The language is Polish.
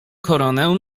koronę